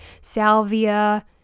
salvia